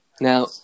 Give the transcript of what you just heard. Now